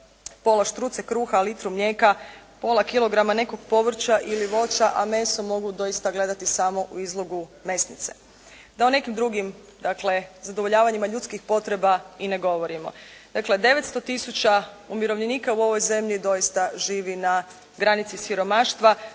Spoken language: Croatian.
pola štruce kruha, litru mlijeka, pola kilograma nekog povrća ili voća, a meso mogu doista gledati samo u izlogu mesnice. Da o nekim drugim, dakle, zadovoljavanja ljudskih potreba i ne govorimo. Dakle, 900 tisuća umirovljenika u ovoj zemlji doista živi na granici siromaštva,